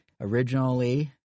Originally